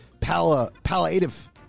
palliative